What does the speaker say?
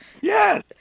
Yes